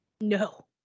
no